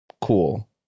Cool